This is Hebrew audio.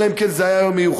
אלא אם כן זה היה יום מיוחד.